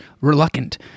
Reluctant